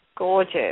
gorgeous